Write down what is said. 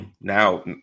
Now